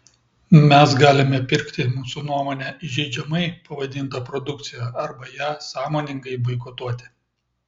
mes galime pirkti mūsų nuomone įžeidžiamai pavadintą produkciją arba ją sąmoningai boikotuoti